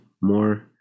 more